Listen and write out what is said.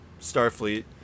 starfleet